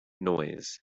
noise